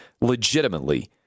legitimately